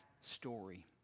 story